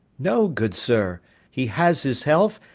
no, good sir he has his health,